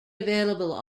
available